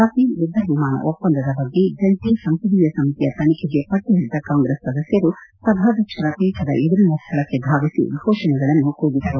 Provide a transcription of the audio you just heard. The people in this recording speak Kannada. ರಫೇಲ್ ಯುದ್ಧ ವಿಮಾನ ಒಪ್ಸಂದದ ಬಗ್ಗೆ ಜಂಟಿ ಸಂಸದೀಯ ಸಮಿತಿಯ ತನಿಖೆಗೆ ಪಟ್ಚುಹಿಡಿದ ಕಾಂಗ್ರೆಸ್ ಸದಸ್ಯರು ಸಭಾಧ್ಯಕ್ಷರ ಪೀಠದ ಎದುರಿನ ಸ್ದಳಕ್ಕೆ ಧಾವಿಸಿ ಫೋಷಣೆಗಳನ್ನು ಕೂಗಿದರು